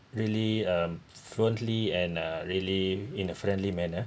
really um fluently and uh really in a friendly manner